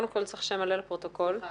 מה